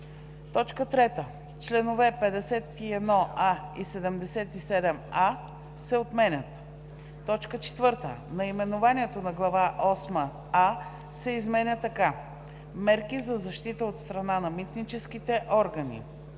3. Членове 51а и 77а се отменят. 4. Наименованието на Глава осма „а“ се изменя така:„Мерки за защита от страна на митническите органи”.